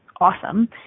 awesome